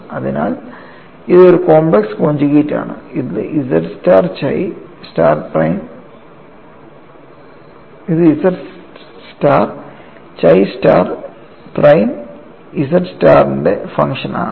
അതിനാൽ ഇത് ഒരു കോംപ്ലക്സ് കോൺജുഗേറ്റ് ഇത് z star chi star prime z സ്റ്റാർത്തിന്റെ ഫംഗ്ഷൻ ആണ്